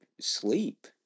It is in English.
sleep